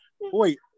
Wait